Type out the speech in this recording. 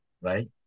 right